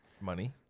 money